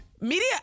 Media